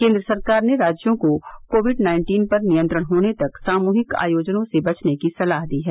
केन्द्र सरकार ने राज्यों को कोविड नाइन्टीन पर नियंत्रण होने तक सामूहिक आयोजनों से बचने की सलाह दी है